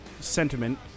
sentiment